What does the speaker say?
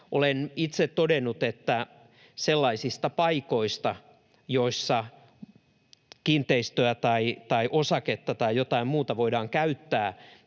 Olen itse todennut, että sellaisissa paikoissa, joissa kiinteistöä tai osaketta tai jotain muuta voidaan käyttää